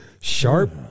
Sharp